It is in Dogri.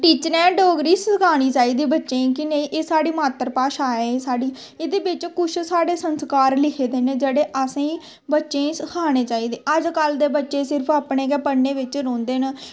टीचरें डोगरी सखानी चाहिदी बच्चें गी कि नेईं साढ़ी मात्तर भाशा ऐ कि एह्दे बिच्च कुछ साढ़े संस्कार लिखे दे न जेह्ड़े असें बच्चें गी सखाने चाहिदे अजकल्ल दे बच्चे सिर्फ अपने गै पढ़ने बिच्च रौंह्दे न